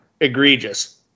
egregious